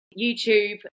YouTube